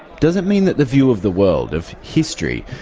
does it mean that the view of the world of history,